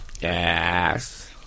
Yes